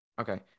okay